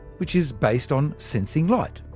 which is based on sensing light.